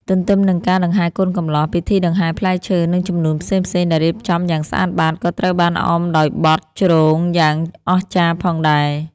ទន្ទឹមនឹងការដង្ហែកូនកំលោះ ពិធីដង្ហែផ្លែឈើ និងជំនូនផ្សេងៗដែលរៀបចំយ៉ាងស្អាតបាត ក៏ត្រូវបានអមដោយបទ ជ្រង យ៉ាងអស្ចារ្យផងដែរ។